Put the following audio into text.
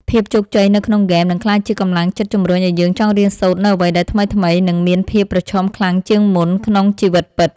ភាពជោគជ័យនៅក្នុងហ្គេមនឹងក្លាយជាកម្លាំងចិត្តជម្រុញឱ្យយើងចង់រៀនសូត្រនូវអ្វីដែលថ្មីៗនិងមានភាពប្រឈមខ្លាំងជាងមុនក្នុងជីវិតពិត។